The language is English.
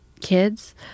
kids